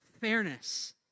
fairness